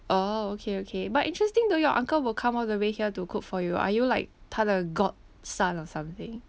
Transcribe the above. orh okay okay but interesting though your uncle will come all the way here to cook for you are you like 他的 godson or something